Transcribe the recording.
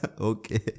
okay